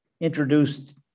introduced